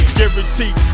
Guaranteed